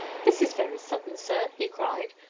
this is very sudden, sir! he cried,